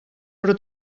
però